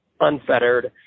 unfettered